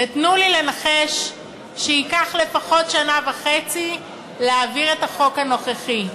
ותנו לי לנחש שייקח לפחות שנה וחצי להעביר את החוק הנוכחי.